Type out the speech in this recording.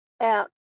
out